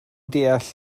deall